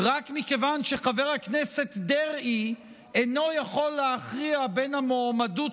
רק מכיוון שחבר הכנסת דרעי אינו יכול להכריע בין המועמדות